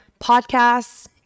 Podcasts